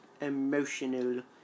emotional